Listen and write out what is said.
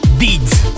deeds